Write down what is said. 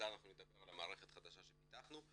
שנדבר על מערכת חדשה שפיתחנו,